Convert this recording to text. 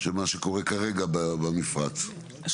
שקורה כרגע במפרץ,